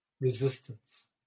resistance